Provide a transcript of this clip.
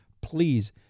please